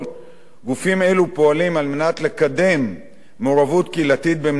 גופים אלו פועלים לקדם מעורבות קהילתית במניעת פשיעה,